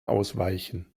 ausweichen